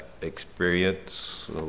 experience